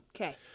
okay